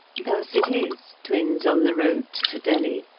thus it is, twins on the road to delhi,